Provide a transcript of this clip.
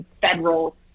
federal